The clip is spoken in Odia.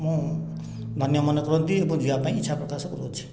ମୁଁ ଧନ୍ୟ ମନେ କରନ୍ତି ଏବଂ ଯିବା ପାଇଁ ଇଚ୍ଛା ପ୍ରକାଶ କରୁଛି